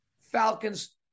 Falcons